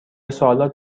سوالات